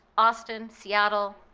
austin, seattle,